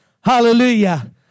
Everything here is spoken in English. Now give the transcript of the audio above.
Hallelujah